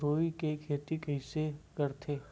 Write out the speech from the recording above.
रुई के खेती कइसे करथे?